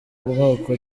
bwoko